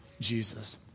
Jesus